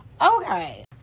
Okay